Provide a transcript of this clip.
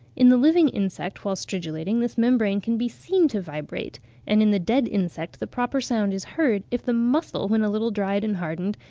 in the living insect, whilst stridulating, this membrane can be seen to vibrate and in the dead insect the proper sound is heard, if the muscle, when a little dried and hardened,